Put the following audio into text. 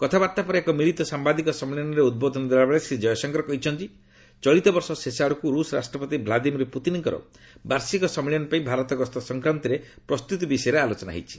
କଥାବାର୍ତ୍ତା ପରେ ଏକ ମିଳିତ ସାମ୍ଭାଦିକ ସମ୍ମିଳନୀରେ ଉଦ୍ବୋଧନ ଦେଲାବେଳେ ଶ୍ରୀ ଜୟଶଙ୍କର କହିଛନ୍ତି ଚଳିତ ବର୍ଷ ଶେଷ ଆଡ଼କୁ ରୁଷ ରାଷ୍ଟ୍ରପତି ଭ୍ଲାଦିମିର୍ ପୁତିନଙ୍କର ବାର୍ଷିକ ସମ୍ମିଳନୀ ପାଇଁ ଭାରତ ଗସ୍ତ ସଂକ୍ରାନ୍ତରେ ବିଶେଷ ଭାବେ ଆଲୋଚନା ହୋଇଛି